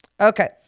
Okay